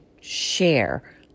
share